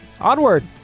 Onward